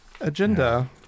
agenda